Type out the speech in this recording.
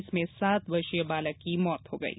इसमें सात वर्षीय बालक की मौत हो गयी